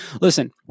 Listen